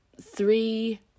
three